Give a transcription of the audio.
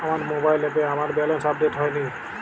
আমার মোবাইল অ্যাপে আমার ব্যালেন্স আপডেট হয়নি